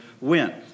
went